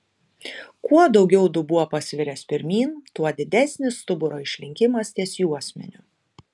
kuo daugiau dubuo pasviręs pirmyn tuo didesnis stuburo išlinkimas ties juosmeniu